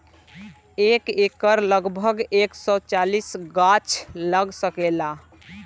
एक एकड़ में लगभग एक सौ चालीस गाछ लाग सकेला